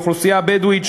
האוכלוסייה הבדואית,